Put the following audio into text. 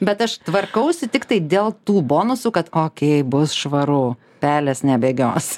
bet aš tvarkausi tiktai dėl tų bonusų kad okei bus švaru pelės nebėgios